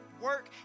work